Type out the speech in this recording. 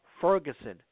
Ferguson